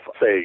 say